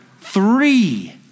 Three